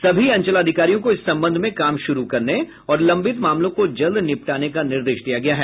सभी अंचलाधिकारियों को इस संबंध में काम शुरू करने और लंबित मामलों को जल्द निपटाने का निर्देश दिया गया है